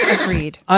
Agreed